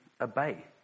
obey